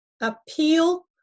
appeal